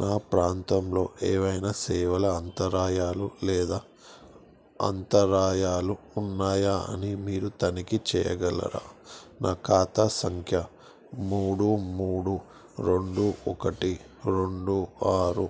నా ప్రాంతంలో ఏవైనా సేవల అంతరాయాలు లేదా అంతరాయాలు ఉన్నాయా అని మీరు తనిఖీ చేయగలరా నా ఖాతా సంఖ్య మూడు మూడు రెండు ఒకటి రెండు ఆరు